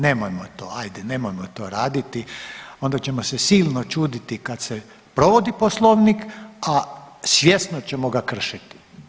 Nemojmo to, hajde nemojmo to raditi, onda ćemo se silno čuditi kad se provodi Poslovnik a svjesno ćemo ga kršiti.